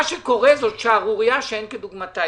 מה שקורה זה שערורייה שאין כדוגמתה.